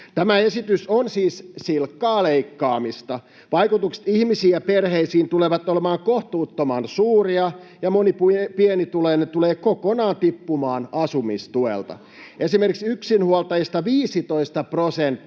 Tämä esitys on siis silkkaa leikkaamista. Vaikutukset ihmisiin ja perheisiin tulevat olemaan kohtuuttoman suuria, ja moni pienituloinen tulee kokonaan tippumaan asumistuelta. Esimerkiksi yksinhuoltajista 15 prosenttia